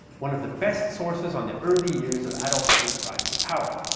one of the best sort of on the early years of adolf hitler's rise to power.